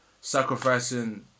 sacrificing